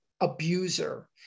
abuser